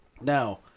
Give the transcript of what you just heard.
Now